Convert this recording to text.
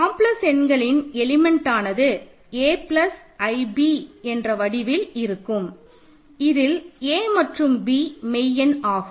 complex எண்களின் எலிமெண்ட்ஆனது a plus i b என்ற வடிவில் இருக்கும் இதில் a மற்றும் b மெய் எண் ஆகும்